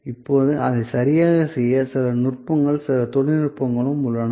இப்போது அதைச் சரியாகச் செய்ய சில நுட்பங்களும் சில தொழில்நுட்பங்களும் உள்ளன